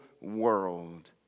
world